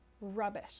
Rubbish